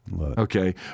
Okay